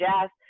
jazz